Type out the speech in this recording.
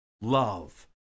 Love